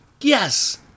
Yes